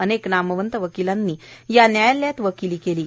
अनेक नामवंत वकीलांनी या न्यायालयात वकीली केली आहे